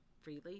freely